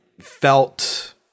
felt